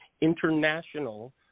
international